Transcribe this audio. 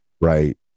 right